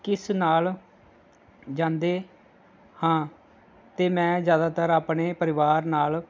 ਕਿਸ ਨਾਲ਼ ਜਾਂਦੇ ਹਾਂ ਅਤੇ ਮੈਂ ਜ਼ਿਆਦਾਤਰ ਆਪਣੇ ਪਰਿਵਾਰ ਨਾਲ਼